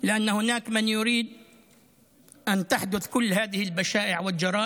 כי יש שם מי שרוצה שיתבצע כל הכיעור וכל הפשע